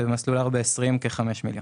במסלול 4-20 היו כ-5 מיליון.